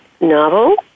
novel